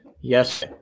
Yes